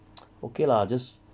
okay lah just